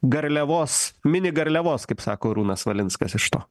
garliavos mini garliavos kaip sako arūnas valinskas iš to